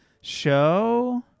show